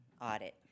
audit